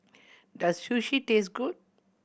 does Sushi taste good